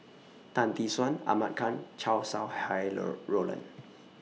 Tan Tee Suan Ahmad Khan Chow Sau Hai Roland